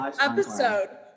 episode